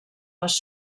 les